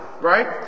right